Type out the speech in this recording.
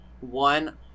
One